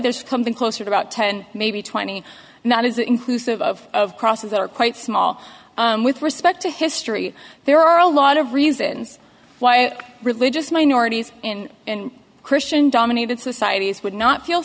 there's something closer to about ten maybe twenty and that is inclusive of crosses that are quite small with respect to history there are a lot of reasons why religious minorities in christian dominated societies would not feel